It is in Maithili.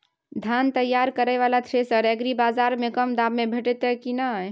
धान तैयार करय वाला थ्रेसर एग्रीबाजार में कम दाम में भेटत की नय?